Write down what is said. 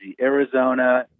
Arizona